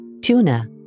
tuna